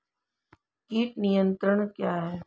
कीट नियंत्रण क्या है?